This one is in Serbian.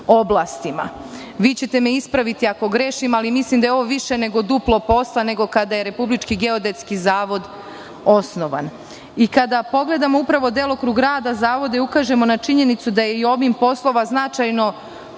oblastima. Ispravićete me ako grešim, ali mislim da je ovo više nego duplo posla nego kada je Republički geodetski zavod osnovan. Kada pogledamo upravo delokrug rada zavoda i ukažemo na činjenicu da je i obim poslova značajno